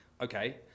Okay